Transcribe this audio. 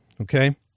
Okay